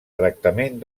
tractament